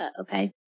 Okay